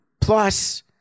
plus